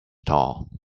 tall